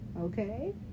Okay